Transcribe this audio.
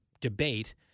debate